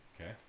Okay